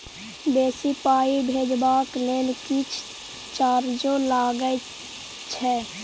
बेसी पाई भेजबाक लेल किछ चार्जो लागे छै?